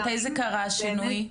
מתי קרה השינוי?